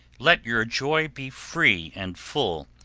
let your joy be free and full,